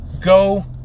Go